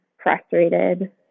frustrated